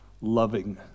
loving